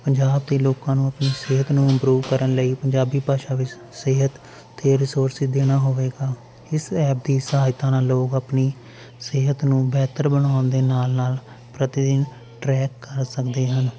ਪੰਜਾਬ ਦੇ ਲੋਕਾਂ ਨੂੰ ਆਪਣੀ ਸਿਹਤ ਨੂੰ ਇੰਪਰੂਵ ਕਰਨ ਲਈ ਪੰਜਾਬੀ ਭਾਸ਼ਾ ਵਿੱਚ ਸਿਹਤ 'ਤੇ ਰਿਸੋਰਸ ਦੇਣਾ ਹੋਵੇਗਾ ਇਸ ਐਪ ਦੀ ਸਹਾਇਤਾ ਨਾਲ ਲੋਕ ਆਪਣੀ ਸਿਹਤ ਨੂੰ ਬਿਹਤਰ ਬਣਾਉਣ ਦੇ ਨਾਲ ਨਾਲ ਪ੍ਰਤੀ ਦਿਨ ਟਰੈਕ ਕਰ ਸਕਦੇ ਹਨ